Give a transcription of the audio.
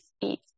eat